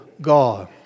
God